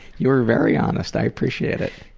you were very honest. i appreciate it.